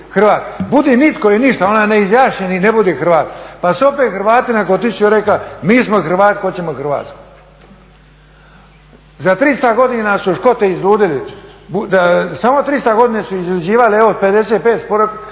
Hrvat, budi nitko i ništa, onaj neizjašnjeni, ne budi Hrvat. Pa se opet Hrvati nakon 1000 … mi smo Hrvati, hoćemo Hrvatsku. Za 300 godina su Škote izludili, samo 300 godina su izluđivali, evo 550